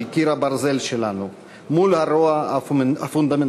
קיר הברזל שלנו מול הרוע הפונדמנטליסטי.